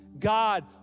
God